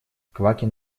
квакин